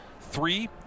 Three